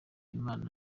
imana